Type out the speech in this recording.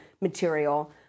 material